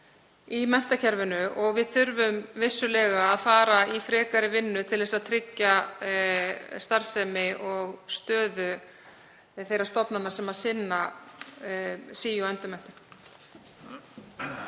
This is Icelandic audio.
í menntakerfinu og við þurfum vissulega að fara í frekari vinnu til að tryggja starfsemi og stöðu þeirra stofnana sem sinna sí- og endurmenntun.